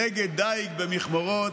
נגד דיג במכמרות,